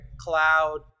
cloud